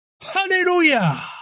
hallelujah